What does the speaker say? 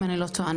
אם אני לא טועה,